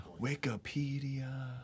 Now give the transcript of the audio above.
Wikipedia